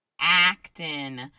acting